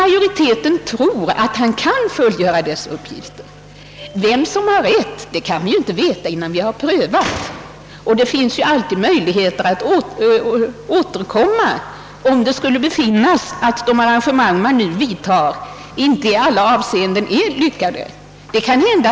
Majoriteten tror att han kan fullgöra dessa uppgifter. Vem som har rätt vet vi inte förrän vi har prövat. Och det finns alltid möjligheter att återkomma, om ett arrangemang som vi vidtar inte skulle visa sig vara så lyckat i alla avseenden.